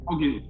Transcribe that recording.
Okay